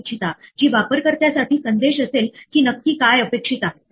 आता सुधारात्मक कृतीचा प्रकार हा कोणत्या प्रकारची त्रुटी उद्भवते त्यावर अवलंबून असतो